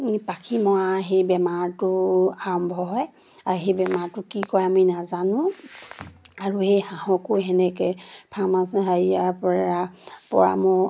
পাখি মৰা সেই বেমাৰটো আৰম্ভ হয় আৰু সেই বেমাৰটো কি কয় আমি নাজানো আৰু সেই হাঁহকো সেনেকে ফাৰ্মাচী হাৰিয়াৰ পৰা পৰা মোৰ